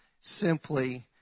simply